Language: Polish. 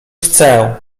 chcę